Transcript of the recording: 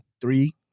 three